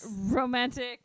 romantic